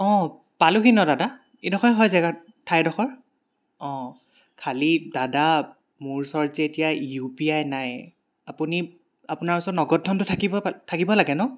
অ' পালোহি ন দাদা এইডখৰে হয় জেগা ঠাইডখৰ অ' খালী দাদা মোৰ ওচৰত যে এতিয়া ইউ পি আই নাই আপুনি আপোনাৰ ওচৰত নগদ ধনতো থাকিবই থাকিবই লাগে ন